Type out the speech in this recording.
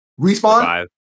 respawn